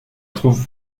trouve